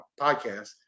podcast